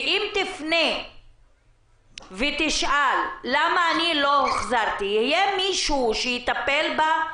ואם תפנה ותשאל למה לא הוחזרה, יהיה מי שיטפל בה?